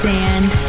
Sand